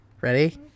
Ready